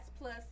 plus